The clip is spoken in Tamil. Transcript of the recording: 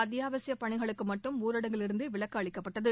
அத்தியாவசிய பணிகளுக்கு மட்டும் ஊரடங்கிலிருந்து விலக்கு அளிக்கப்பட்டது